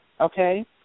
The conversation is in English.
okay